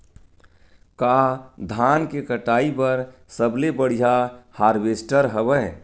का धान के कटाई बर सबले बढ़िया हारवेस्टर हवय?